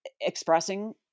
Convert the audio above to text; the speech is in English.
expressing